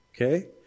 Okay